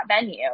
venue